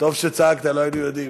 טוב שצעקת, לא היינו יודעים.